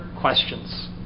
questions